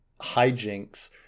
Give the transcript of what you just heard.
hijinks